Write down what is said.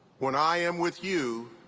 when i am with you,